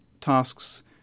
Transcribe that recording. tasks